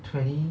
twenty